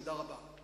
תודה רבה.